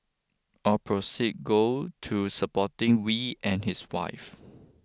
all proceed go to supporting Wee and his wife